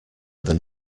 than